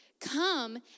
come